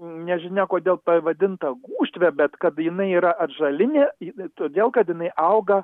nežinia kodėl pavadinta gūžtve bet kad jinai yra atžalinė todėl kad jinai auga